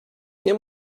nie